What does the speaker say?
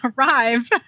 arrive